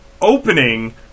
opening